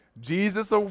Jesus